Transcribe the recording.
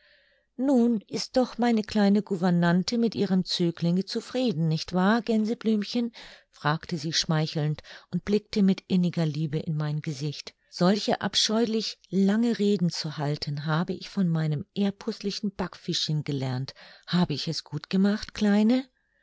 nun ist doch meine kleine gouvernante mit ihrem zöglinge zufrieden nicht wahr gänseblümchen fragte sie schmeichelnd und blickte mit inniger liebe in mein gesicht solche abscheulich lange reden zu halten habe ich von meinem ehrpußlichen backfischchen gelernt habe ich es gut gemacht kleine